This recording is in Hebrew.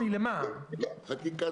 אני שמח שקלעתי לדעת חכמה או חכמים ממני,